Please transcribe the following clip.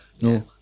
no